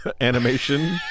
animation